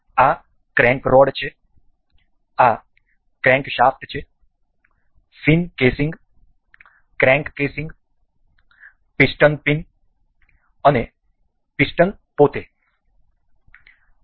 આ crank rod છે આ ક્રેન્કશાફ્ટ છે fin casing crank casing piston pin અને પિસ્ટન પોતે